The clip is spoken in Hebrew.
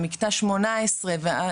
מקטע 18 וכו',